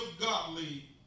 godly